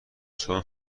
چون